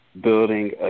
building